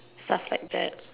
stuff like that